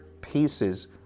pieces